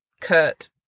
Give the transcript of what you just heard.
Kurt